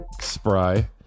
spry